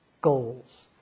goals